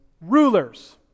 Rulers